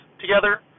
together